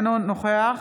אינו נוכח